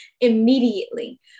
immediately